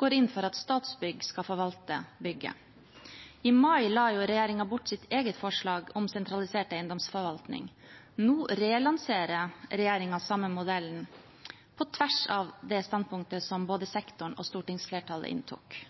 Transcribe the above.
går inn for at Statsbygg skal forvalte bygget. I mai la regjeringen bort sitt eget forslag om sentralisert eiendomsforvaltning. Nå relanserer regjeringen den samme modellen, på tvers av det standpunktet både sektoren og stortingsflertallet inntok.